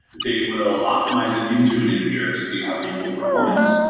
they will optimize it into an integer so that you have reasonable performance.